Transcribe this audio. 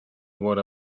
what